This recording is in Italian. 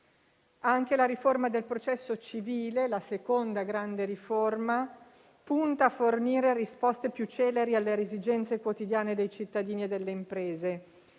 Anche la riforma del processo civile, la seconda grande riforma, punta a fornire risposte più celeri alle esigenze quotidiane dei cittadini e delle imprese,